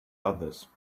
others